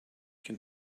can